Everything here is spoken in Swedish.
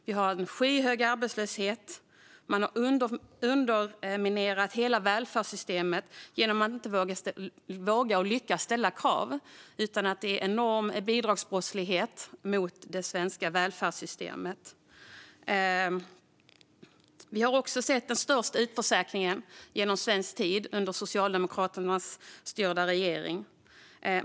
Vi har en skyhög arbetslöshet. Man har underminerat hela välfärdssystemet genom att inte våga och lyckas ställa krav. Det pågår en enorm bidragsbrottslighet mot det svenska välfärdssystemet. Vi har sett den största utförsäkringen i svensk tid under den socialdemokratiskt ledda regeringen.